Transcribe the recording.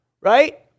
right